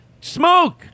smoke